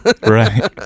Right